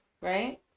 Right